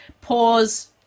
pause